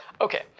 Okay